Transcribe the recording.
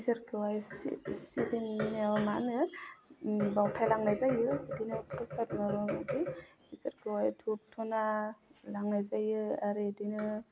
ईश्वोरखौहाय सिबिनायाव मा होनो ओम बावथायलांनाय जायो इदिनो फ्रसाद माबा माबि ईश्वोरखौहाय धुप धुना लांनाय जायो आरो इदिनो